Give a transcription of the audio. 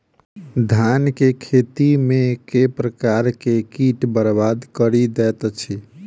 धान केँ खेती मे केँ प्रकार केँ कीट बरबाद कड़ी दैत अछि?